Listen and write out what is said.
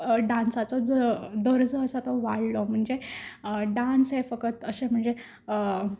डान्साचो दर्जो आसा तो वाडलो म्हणजे डान्स हे फकत अशें म्हणजे